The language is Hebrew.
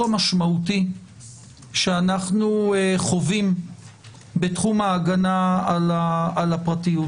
המשמעותי שאנחנו חווים בתחום ההגנה על הפרטיות.